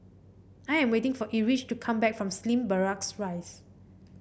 I am waiting for Erich to come back from Slim Barracks Rise